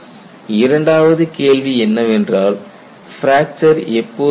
இரண்டாவது கேள்வி என்னவென்றால் பிராக்சர் எப்போது ஏற்படும்